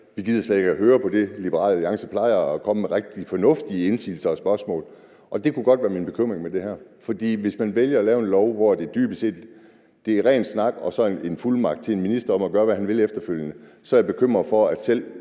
at de slet ikke gider at høre på det. Liberal Alliance plejer at komme med rigtig fornuftige indsigelser og spørgsmål. Det kunne godt være min bekymring i det her. For hvis man vælger at lave en lov, hvor det dybest set er ren snak og så en fuldmagt til en minister til at kunne gøre, hvad han vil efterfølgende, så er jeg bekymret for, om man